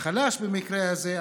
החלש במקרה הזה,